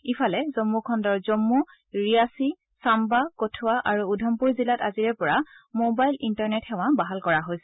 ইফালে জম্মু খণ্ডৰ জম্মু ৰিয়াছি চান্না কঠৱা আৰু উধমপুৰ জিলাত আজিৰে পৰা মোবাইল ইন্টাৰনেট সেৱা বাহাল কৰা হৈছে